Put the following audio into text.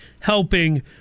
helping